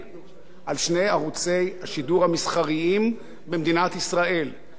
השידור המסחריים במדינת ישראל כדי שתהיה תחרות,